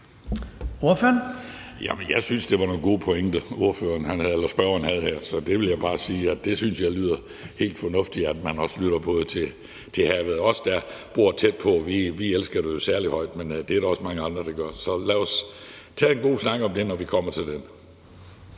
Jeg synes, det var nogle gode pointer, spørgeren havde her. Så der vil jeg bare sige, at jeg synes, det lyder helt fornuftigt, at man også lytter til havet. Vi, der bor tæt på, elsker det jo særlig højt, men det er der også mange andre der gør. Så lad os tage en god snak om det, når vi kommer til det.